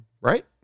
right